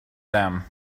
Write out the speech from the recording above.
them